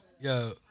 Yo